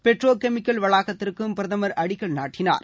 Pedro chemical வளாகத்திற்கும் பிரதமர் அடிக்கல் நாட்டினார்